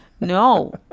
no